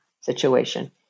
situation